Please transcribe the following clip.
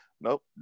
Nope